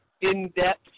in-depth